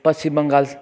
Paschim Bengal